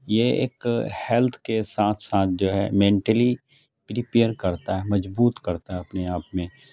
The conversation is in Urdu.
یہ ایک ہیلتھ کے ساتھ ساتھ جو ہے مینٹلی پریپیئر کرتا ہے مضبوط کرتا ہے اپنے آپ میں